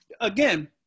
again